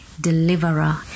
deliverer